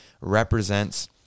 represents